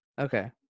Okay